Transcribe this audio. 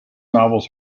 novels